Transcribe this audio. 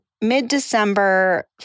mid-December